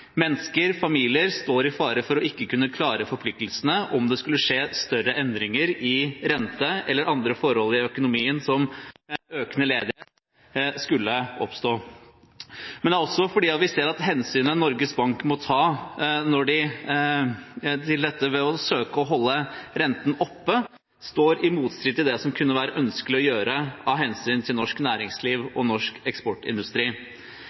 Mennesker, familier, står i fare for ikke å klare forpliktelsene om det skulle skje større endringer i renten eller andre forhold i økonomien, som økende ledighet. Men vi ser også at hensynet Norges Bank må ta til dette ved å søke å holde renten oppe, står i motstrid til det som kunne være ønskelig å gjøre av hensyn til norsk næringsliv og norsk eksportindustri.